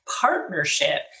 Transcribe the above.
partnership